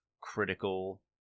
critical